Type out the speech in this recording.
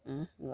ଗଛର୍